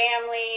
family